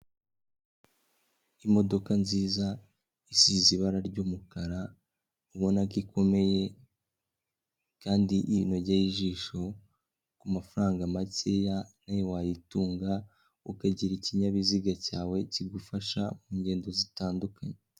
Imodoka nziza isize ibara ry'umukara ubona ko ikomeye kandi inogeye ijisho, ku mafaranga makeya nawe wayitunga, ukagira ikinyabiziga cyawe kigufasha mu ngendo zitandukanye.